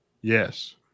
Yes